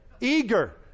eager